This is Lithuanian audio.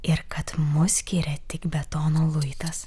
ir kad mus skiria tik betono luitas